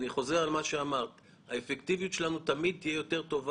מה זה היה עושה לתחרות.